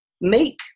make